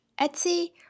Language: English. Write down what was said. etsy